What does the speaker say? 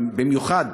במיוחד